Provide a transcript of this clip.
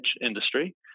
industry